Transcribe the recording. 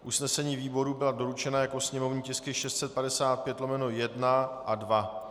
Usnesení výboru byla doručena jako sněmovní tisky 655/1 a 2.